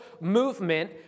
movement